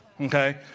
Okay